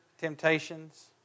temptations